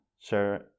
share